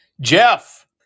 Jeff